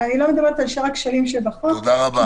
ואני לא מדברת על שאר הכשלים שבחוק כי